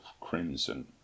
crimson